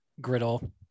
griddle